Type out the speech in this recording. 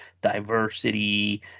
diversity